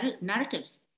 narratives